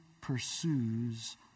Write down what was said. pursues